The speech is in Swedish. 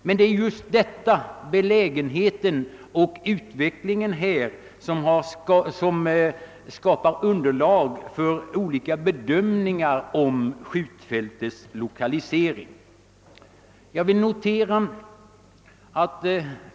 Men det är just detta som skapar underlag för olika bedömningar av skjutfältets lokalisering.